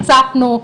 הצפנו,